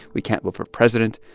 we can't vote for president,